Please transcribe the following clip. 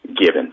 given